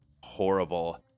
horrible